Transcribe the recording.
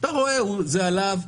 זה עליו,